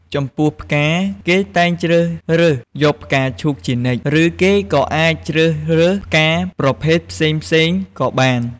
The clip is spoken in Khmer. ចំពោះផ្កាគេតែងជ្រើសរើសយកផ្កាឈូកជានិច្ច ឬគេក៏អាចជ្រើសរើសផ្កាប្រភេទផ្សេងៗក៏បាន។